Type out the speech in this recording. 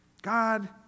God